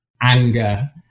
anger